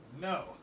No